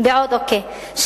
אוקיי.